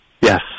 Yes